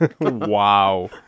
wow